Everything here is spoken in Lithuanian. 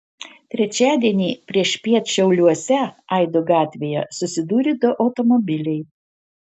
trečiadienį priešpiet šiauliuose aido gatvėje susidūrė du automobiliai